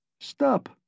Stop